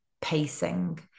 pacing